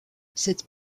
cette